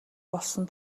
болсон